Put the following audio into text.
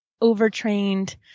overtrained